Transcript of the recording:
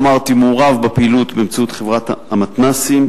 אמרתי, מעורב בפעילות באמצעות חברת המתנ"סים.